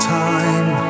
time